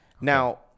Now